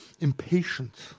impatience